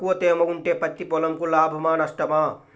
తక్కువ తేమ ఉంటే పత్తి పొలంకు లాభమా? నష్టమా?